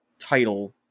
title